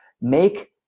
Make